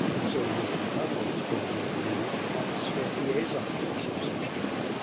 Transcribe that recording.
and so he has become what is called, i believe, an officer of liaison, or some such term.